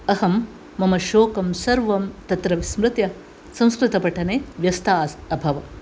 अहं मम शोकं सर्वं तत्र विस्मृत्य संस्कृतपठने व्यस्ता अस् अभवम्